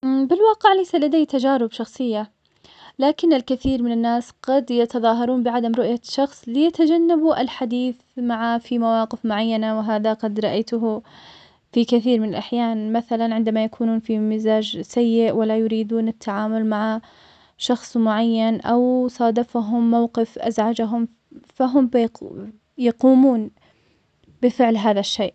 بالواقع ليس لدي تجارب شخصية, لكن الكثير من الناس قد يتظاهرون بعدم رؤية شخص, ليتجنبوا الحديث معه في مواقف معينة, وهذا قد رأيته, في كثير من الأحيان, مثلاً عندما يكونون في مزاج سئ, ولا يريدون التعامل مع شخص معين, أو صادفهم موقف أزعجهم, فهم بيق- يقومون بفعل هذا الشئ.